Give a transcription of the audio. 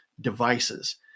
devices